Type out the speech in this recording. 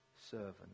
servant